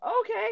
okay